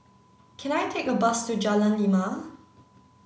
can I take a bus to Jalan Lima